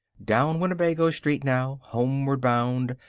down winnebago street now, homeward bound,